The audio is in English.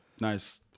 nice